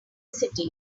city